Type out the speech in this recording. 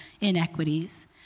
inequities